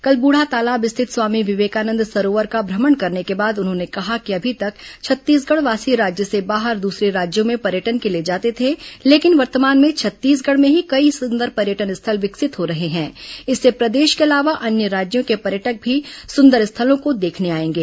कल बूढ़ातालाब स्थित स्वामी विवेकानंद सरोवर का भ्रमण करने के बाद उन्होंने कहा कि अभी तक छत्तीसगढ़वासी राज्य से बाहर द्रसरे राज्यों में पर्यटन के लिए जाते थे लेकिन वर्तमान में छत्तीसगढ़ में ही कई सुंदर पर्यटन स्थल विकसित हो रहे हैं इससे प्रदेश को अलावा अन्य राज्यों के पर्यटक भी सुंदर स्थलों को देखने आएंगे